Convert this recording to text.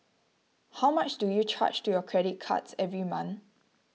how much do you charge to your credit cards every month